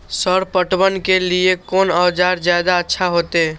Sir पटवन के लीऐ कोन औजार ज्यादा अच्छा होते?